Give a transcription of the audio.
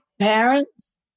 parents